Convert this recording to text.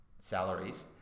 salaries